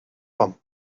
van